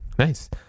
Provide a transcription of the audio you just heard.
nice